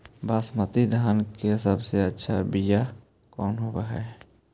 बसमतिया धान के सबसे अच्छा बीया कौन हौब हैं?